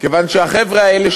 כיוון שהחבר'ה האלה,